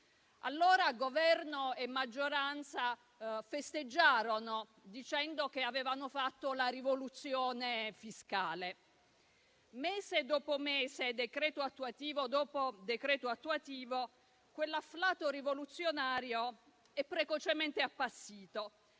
Allora Governo e maggioranza festeggiarono, dicendo che avevano fatto la rivoluzione fiscale. Mese dopo mese, decreto attuativo dopo decreto attuativo, quell'afflato rivoluzionario è precocemente appassito;